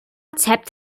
tapped